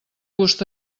gust